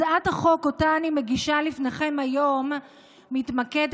הצעת החוק שאותה אני מגישה בפניכם היום מתמקדת